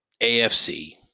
AFC